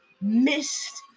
missed